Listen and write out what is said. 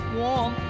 warm